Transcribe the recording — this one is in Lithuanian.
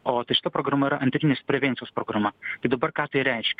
o tai šita programa yra antrinės prevencijos programa tai dabar ką tai reiškia